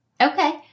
Okay